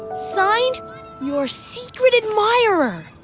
signed your secret admirer.